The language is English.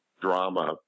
drama